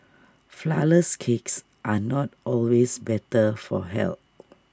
Flourless Cakes are not always better for health